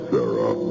Sarah